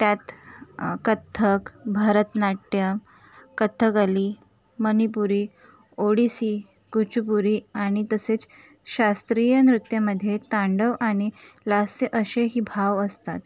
त्यात कथ्थक भरत नाट्य कथ्थकली मणिपुरी ओडिसी कुचूपुरी आणि तसेच शास्त्रीय नृत्यामध्ये तांडव आणि लास्य असेही भाव असतात